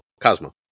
Cosmo